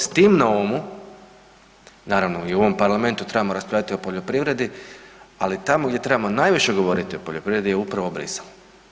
S tim na umu, naravno, i u ovom parlamentu trebamo raspravljati o poljoprivredi, ali tamo gdje trebamo najviše govoriti o poljoprivredi je upravo Bruxelles.